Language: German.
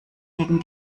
gegen